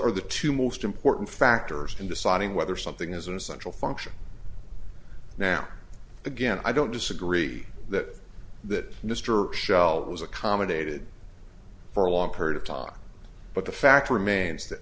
are the two most important factors in deciding whether something is an essential function now again i don't disagree that that mr shell was accommodated for a long period of time but the fact remains that